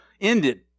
ended